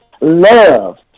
love